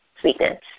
sweetness